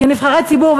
כנבחרי ציבור,